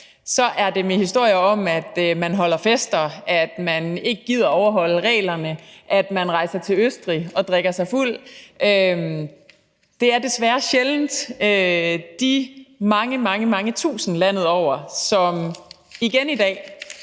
er det med historier om, at man holder fester, at man ikke gider at overholde reglerne, at man rejser til Østrig og drikker sig fuld. Det er desværre sjældent historier om de mange, mange tusinde landet over, som igen i dag